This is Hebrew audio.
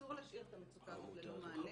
אסור להשאיר את המצוקה הזאת ללא מענה.